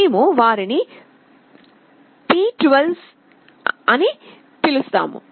మేము వారిని పి 12 సే అని పిలుస్తారు